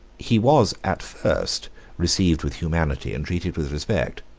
he was at first received with humanity and treated with respect.